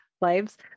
lives